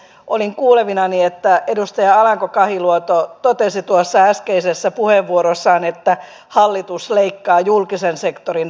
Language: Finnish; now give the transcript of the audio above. olin kuulevinani että edustaja alanko kahiluoto totesi äskeisessä puheenvuorossaan että hallitus leikkaa julkisen sektorin palkkoja